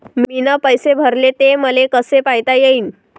मीन पैसे भरले, ते मले कसे पायता येईन?